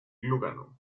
lugano